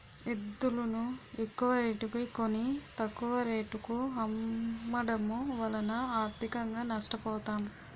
ఎద్దులును ఎక్కువరేటుకి కొని, తక్కువ రేటుకు అమ్మడము వలన ఆర్థికంగా నష్ట పోతాం